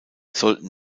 sollten